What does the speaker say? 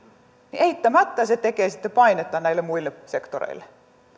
niin eittämättä se tekee sitten painetta näille muille sektoreille